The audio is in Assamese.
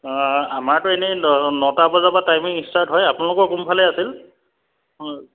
অঁ আমাৰতো এনেই নটা বজাৰ পৰা টাইমিং ষ্টাৰ্ট হয় আপোনালোকৰ কোনফালে আছিল অঁ